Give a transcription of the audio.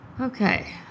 Okay